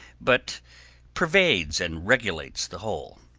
but pervades and regulates the whole.